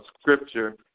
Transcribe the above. scripture